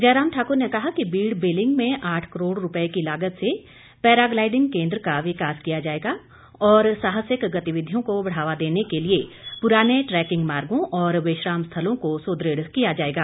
जयराम ठाकुर ने कहा कि बीड़ बिलिंग में आठ करोड़ रुपये की लागत से पैराग्लाईडिंग केन्द्र का विकास किया जाएगा और साहसिक गतिविधियों को बढ़ावा देने के लिए पुराने ट्रैकिंग मार्गों और विश्राम स्थलों को सुदृढ़ किया जाएगा